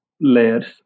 layers